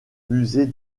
musée